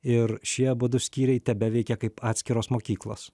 ir šie abudu skyriai tebeveikia kaip atskiros mokyklos